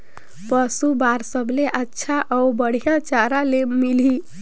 पशु बार सबले अच्छा अउ बढ़िया चारा ले मिलही?